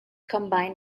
combine